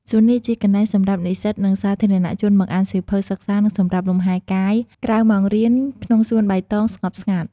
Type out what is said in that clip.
សួននេះ ជាកន្លែងសម្រាប់និស្សិត និងសាធារណៈជនមកអានសៀវភៅ សិក្សា និងសម្រាកលំហែកាយក្រៅម៉ោងរៀន ក្នុងសួនបៃតង ស្ងប់ស្ងាត់។